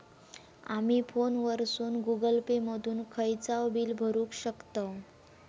आमी फोनवरसून Google Pay मधून खयचाव बिल भरुक शकतव